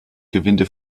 gewinde